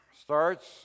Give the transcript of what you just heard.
Starts